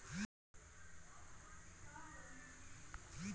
మన కొడుకు సేద్యం కోర్సులో చేరి మేలైన వెవసాయం చేస్తాడంట ఊ అనబ్బా